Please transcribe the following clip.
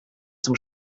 zum